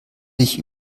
dich